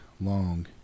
long